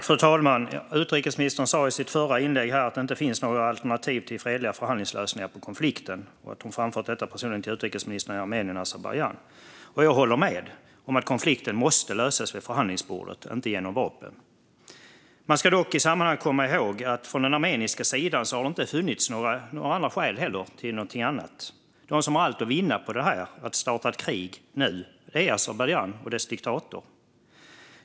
Fru talman! Utrikesministern sa i sitt förra inlägg att det inte finns några alternativ till fredliga förhandlingslösningar på konflikten och att hon framfört detta personligen till utrikesministrarna i Armenien och Azerbajdzjan. Jag håller med om att konflikten måste lösas vid förhandlingsbordet, inte genom vapen. Man ska dock i sammanhanget komma ihåg att det för den armeniska sidan inte har funnits några skäl till någonting annat. De som har allt att vinna på att starta ett krig nu är Azerbajdzjan och dess diktator.